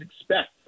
expect